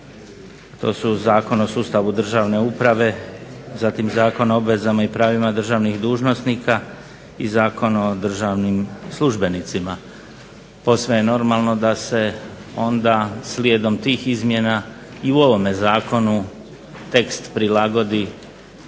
To su Zakon o sustavu državne uprave, zatim Zakon o obvezama i pravima državnih dužnosnika i Zakon o državnim službenicima. Posve je normalno da se onda slijedom tih izmjena i u ovome zakonu tekst prilagodi